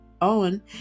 Owen